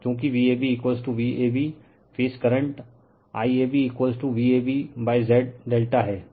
चूँकि Vab Vab phase current IABVabZ∆ हैं